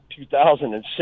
2006